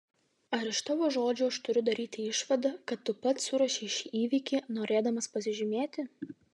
ar iš tavo žodžių aš turiu daryti išvadą kad tu pats suruošei šį įvykį norėdamas pasižymėti